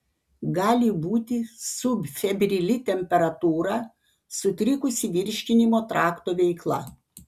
gali būti subfebrili temperatūra sutrikusi virškinimo trakto veikla